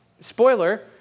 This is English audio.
spoiler